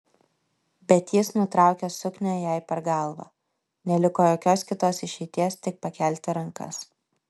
bet jis nutraukė suknią jai per galvą neliko jokios kitos išeities tik pakelti rankas